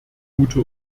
gute